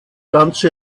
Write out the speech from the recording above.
ganze